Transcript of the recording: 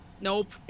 Nope